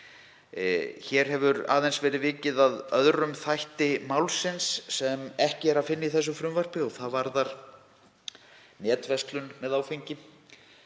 Hér hefur aðeins verið vikið að öðrum þætti málsins sem ekki er að finna í þessu frumvarpi og það varðar netverslun með áfengi.